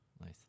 Nice